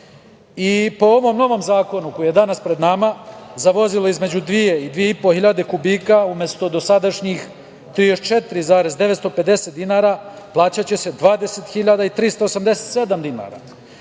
ovom novom zakonu koji je danas pred nama, za vozila između 2.000 i 2.500 kubika umesto dosadašnjih 34.950 dinara plaćaće se 20.387 dinara,